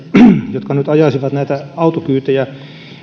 jotka nyt ajaisivat näitä autokyytejä